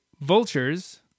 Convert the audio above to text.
vultures